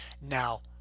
Now